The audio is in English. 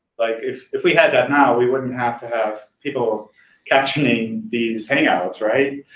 like, if if we had that now, we wouldn't have to have people captioning these hangouts, right?